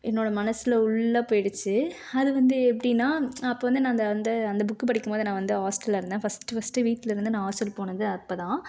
என்னோட மனசில் உள்ளே போயிடிச்சு அது வந்து எப்படின்னா அப்போ வந்து நான் வந்து அந்த புக் படிக்கும்போது நான் வந்து ஹாஸ்டலில் இருந்தேன் ஃபஸ்ட்டு ஃபஸ்ட்டு வீட்டில் இருந்து நான் ஹாஸ்டல் போனது அப்போதான்